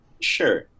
sure